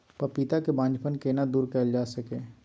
पपीता के बांझपन केना दूर कैल जा सकै ये?